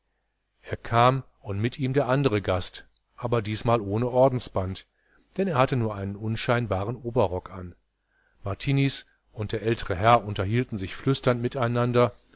er kam und mit ihm der andere gast aber diesmal ohne ordensband denn er hatte nur einen unscheinbaren oberrock an martiniz und der ältere herr unterhielten sich flüsternd mit